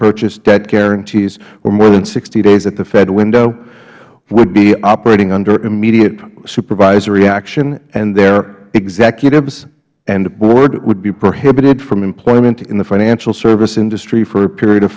purchase debt guarantees or more than sixty days at the fed window would be operating under immediate supervisory action and their executives and board would be prohibited from employment in the financial service industry for a period of